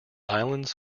islands